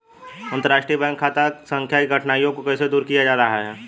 अंतर्राष्ट्रीय बैंक खाता संख्या की कठिनाइयों को कैसे दूर किया जा रहा है?